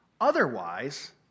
Otherwise